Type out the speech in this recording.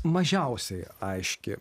mažiausiai aiški